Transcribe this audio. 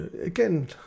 again